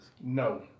No